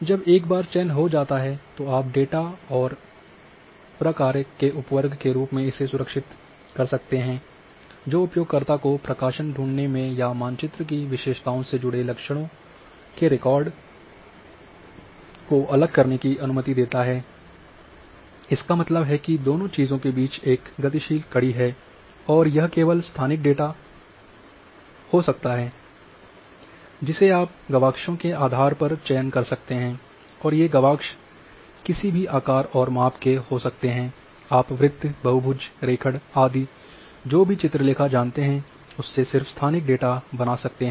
जब एक बार चयन हो जाता है तो आप डेटा और फ़ंक्शन के उपवर्ग के रूप में सुरक्षित कर सकते हैं जो उपयोगकर्ता को प्रकाशन ढूंढ़ने में या मानचित्र की विशेषताओं से जुडे लक्षणों के रिकॉर्ड को अलग करने की अनुमति देता है इसका मतलब है कि दोनों चीज़ों के बीच एक गतिशील कड़ी है और यह केवल स्थानिक डेटा हो सकता जिसे आप गवाक्षों के आधार पर चयन कर सकते हैं और ये गवाक्ष किसी भी आकार और माप की हो सकती हैं आप वृत्त बहुभुज रेखण आदि जो भी चित्रलेखा जानते हैं उससे सिर्फ स्थानिक डेटा बना सकते हैं